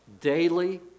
daily